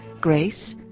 Grace